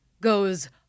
goes